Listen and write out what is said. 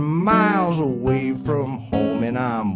miles away from home and